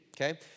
Okay